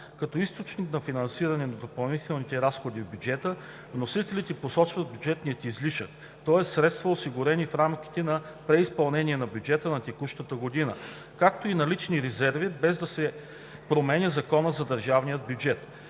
Като източник на финансиране на допълнителните разходи в бюджета вносителите посочват бюджетния излишък, тоест средствата, осигурени в рамките на преизпълнението на бюджета на текущата година, както и налични резерви, без да се променя Законът за държавния бюджет.